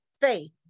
faith